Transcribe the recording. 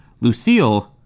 Lucille